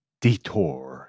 Detour